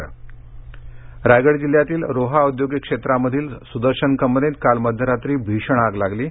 आग रायगड रायगड जिल्ह्यातील रोहा औद्योगिक क्षेत्रामधील सुदर्शन कंपनीत काल मध्यरात्री भीषण आग लागली आहे